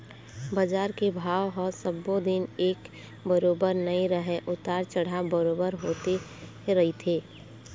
बजार के भाव ह सब्बो दिन एक बरोबर नइ रहय उतार चढ़ाव बरोबर होते रहिथे